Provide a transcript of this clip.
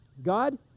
God